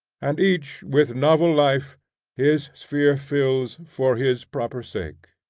and each with novel life his sphere fills for his proper sake.